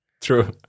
True